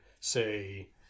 say